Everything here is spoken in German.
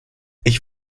ich